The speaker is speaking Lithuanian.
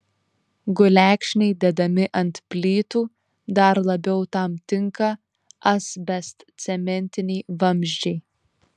gulekšniai dedami ant plytų dar labiau tam tinka asbestcementiniai vamzdžiai